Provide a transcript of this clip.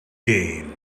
gain